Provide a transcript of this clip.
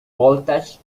voltage